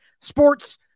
sports